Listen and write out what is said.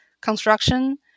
construction